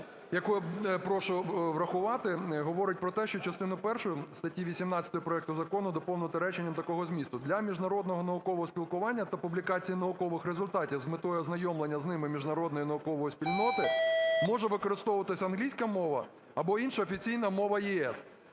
яку я прошу врахувати, говорить про те, що частину першу статті 18 проекту закону доповнити реченням такого змісту: "Для міжнародного наукового спілкування та публікації наукових результатів з метою ознайомлення з ними міжнародної наукової спільноти може використовуватись англійська мова або інша офіційна мова